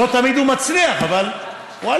לא תמיד הוא מצליח, אבל ואללה,